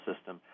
System